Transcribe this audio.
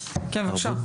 כן בבקשה.